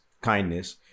kindness